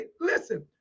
Listen